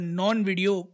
non-video